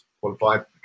qualified